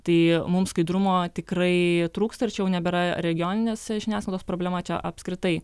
tai mums skaidrumo tikrai trūksta ir čia jau nebėra regioninės žiniasklaidos problema čia apskritai